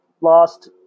lost